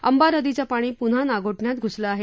अंबा नदीचं पाणी पुन्हा नागोठण्यात घुसलं आहे